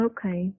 Okay